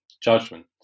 judgment